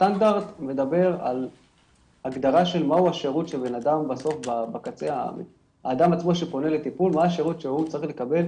סטנדרט מדבר על הגדרה של מה השירות שהאדם שפונה לטיפול צריך לקבל